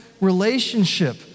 relationship